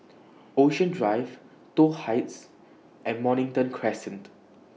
Ocean Drive Toh Heights and Mornington Crescent